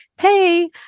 hey